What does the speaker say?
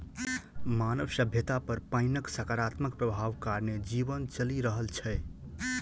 मानव सभ्यता पर पाइनक सकारात्मक प्रभाव कारणेँ जीवन चलि रहल छै